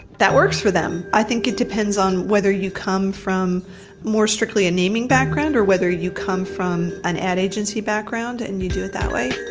that works for them i think it depends on whether you come from more strictly a naming background or whether you come from an ad agency background and you do it that way.